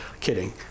Kidding